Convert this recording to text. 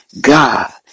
God